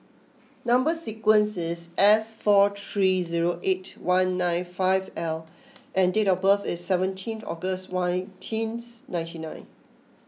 Number Sequence is S four three zero eight one nine five L and date of birth is seventeen August nineteen ninety nine